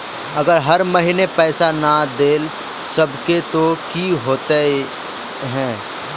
अगर हर महीने पैसा ना देल सकबे ते की होते है?